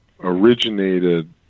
originated